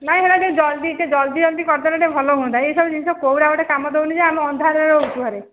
ନାଇଁ ହେଟା ଟିକେ ଜଲ୍ଦି ଟିକେ ଜଲ୍ଦି ଏମିତି କରିଦେଲେ ଟିକେ ଭଲ ହୁଅନ୍ତା ଏଇ ହିସାବରେ ଜିନିଷ କେଉଁଟା ଗୋଟେ କାମ ଦଉନି ଯେ ଆମେ ଅନ୍ଧାରରେ ରହୁଛୁ ଘରେ